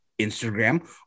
Instagram